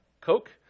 Coke